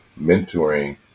mentoring